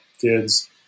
kids